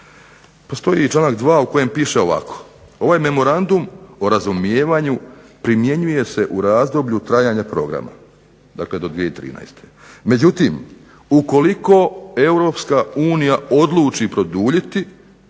postoji i članak 2. u kojem piše ovako: "Ovaj memorandum o razumijevanju primjenjuje se u razdoblju trajanja programa, dakle do 2013. Međutim, ukoliko EU odluči produljiti